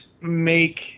make